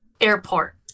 airport